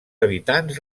habitant